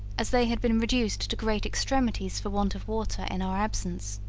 as they had been reduced to great extremities for want of water in our absence.